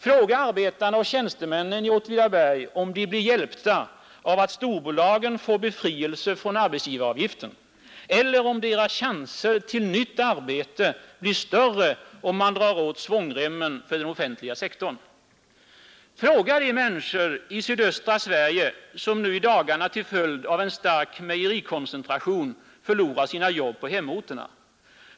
Fråga arbetarna och tjänstemännen i Åtvidaberg, om de blir hjälpta av att storbolagen får befrielse från arbetsgivaravgiften eller om deras chanser till nytt arbete blir större, då man drar åt svångremmen för den offentliga sektorn. Fråga de människor i sydöstra Sverige, som nu till följd av en stark mejerikoncentration förlorar sitt arbete på hemorterna.